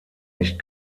nicht